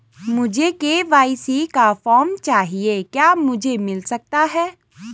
मुझे के.वाई.सी का फॉर्म चाहिए क्या मुझे मिल सकता है?